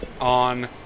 on